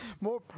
more